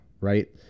right